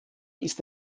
ist